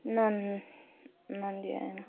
नन् नन्दी होइन